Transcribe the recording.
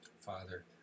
Father